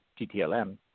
GTLM